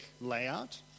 layout